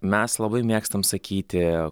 mes labai mėgstame sakyti